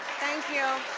thank you!